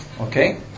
Okay